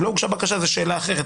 אם לא הוגשה בקשה זאת שאלה אחרת,